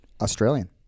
Australian